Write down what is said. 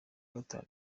gatanu